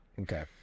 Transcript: Okay